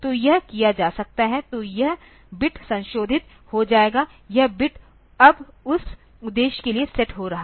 तो यह किया जा सकता है तो यह बिट संशोधित हो जाएगा यह बिट अब उस उद्देश्य के लिए सेट हो रहा है